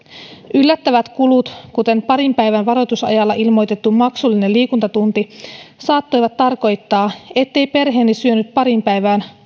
yllättävät kulut kuten parin päivän varoitusajalla ilmoitettu maksullinen liikuntatunti saattoivat tarkoittaa ettei perheeni syönyt pariin päivään